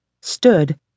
stood